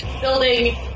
building